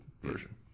version